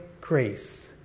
grace